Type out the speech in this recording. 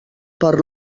per